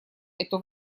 эту